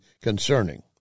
concerning